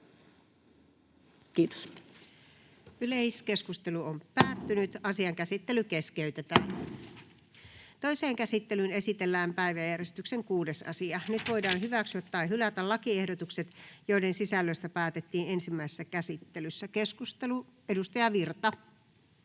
koskevaksi lainsäädännöksi Time: N/A Content: Toiseen käsittelyyn esitellään päiväjärjestyksen 11. asia. Nyt voidaan hyväksyä tai hylätä lakiehdotukset, joiden sisällöstä päätettiin ensimmäisessä käsittelyssä. — Keskustelu, edustaja Lehto.